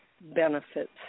benefits